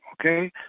okay